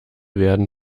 werden